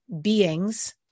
beings